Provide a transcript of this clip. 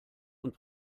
und